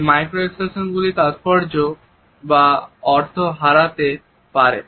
এবং micro expression গুলির তাৎপর্য বা অর্থ হারাতে পারে